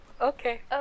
Okay